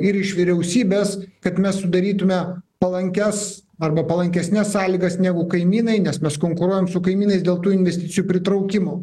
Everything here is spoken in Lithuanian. ir iš vyriausybės kad mes sudarytume palankias arba palankesnes sąlygas negu kaimynai nes mes konkuruojam su kaimynais dėl tų investicijų pritraukimo